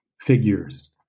figures